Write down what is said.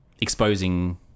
exposing